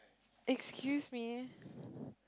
excuse me